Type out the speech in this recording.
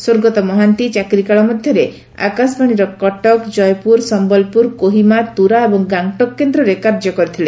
ସ୍ୱର୍ଗତ ମହାନ୍ତି ଚାକିରିକାଳ ମଧରେ ଆକାଶବାଣୀର କଟକ ଜୟପୁର ସମ୍ଭଲପୁର କୋହିମା ତୁରା ଏବଂ ଗାଙ୍ଗଟକ୍ କେନ୍ଦ୍ରରେ କାର୍ଯ୍ୟ କରିଥିଲେ